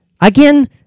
Again